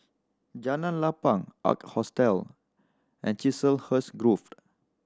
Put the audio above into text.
Jalan Lapang Ark Hostel and Chiselhurst Grove